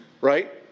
right